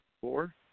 four